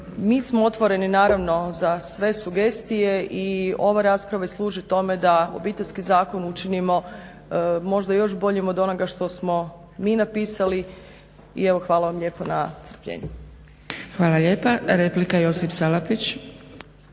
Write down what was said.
Mi smo otvoreni za sve sugestije i ova rasprava i služi tome da Obiteljski zakon učinimo možda još boljim od onoga što smo mi napisali. Evo hvala vam lijepa na strpljenju. **Zgrebec, Dragica (SDP)** Hvala lijepa. Replika Josip Salapić.